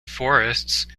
forests